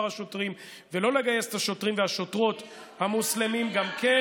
השוטרים ולא לגייס את השוטרים והשוטרות המוסלמים גם כן.